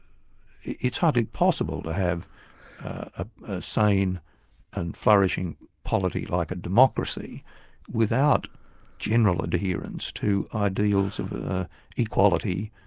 it's hardly possible to have a sane and flourishing polity like a democracy without general adherence to ideals of equality,